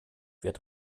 wird